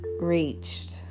reached